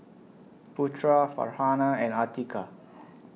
Putra Farhanah and Atiqah